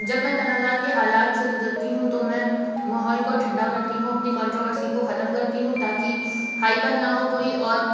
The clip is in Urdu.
جب میں تنازعات کے حالات سے گزرتی ہوں تو میں ماحول کو ٹھنڈا کرتی ہوں اپنی کنٹرو ورسی کو ختم کرتی ہوں تاکہ ہائپر نہ ہو کوئی اور